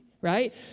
right